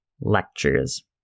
Lectures